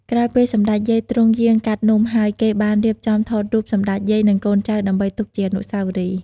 ក្រោយពេលសម្តេចយាយទ្រង់យាងកាត់នំហើយគេបានរៀបចំថតរូបសម្តេចយាយនិងកូនចៅដើម្បីទុកជាអនុស្សាវរីយ៏។